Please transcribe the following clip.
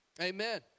Amen